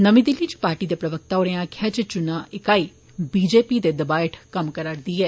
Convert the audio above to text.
नमीं दिल्ली इच पार्टी दे प्रवक्ता होरें आक्खेआ जे चुनां इकाई बीजेपी दे दवा हैठ कम्म करा'रदी ऐ